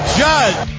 judge